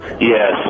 Yes